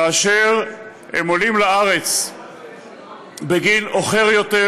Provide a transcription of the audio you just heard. כאשר הם עולים לארץ בגיל בוגר יותר,